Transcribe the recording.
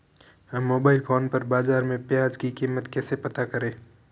हम mobile phone पर बाज़ार में प्याज़ की कीमत कैसे पता करें?